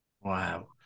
Wow